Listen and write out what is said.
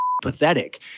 pathetic